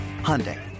Hyundai